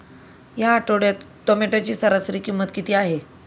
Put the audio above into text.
या आठवड्यात टोमॅटोची सरासरी किंमत किती आहे?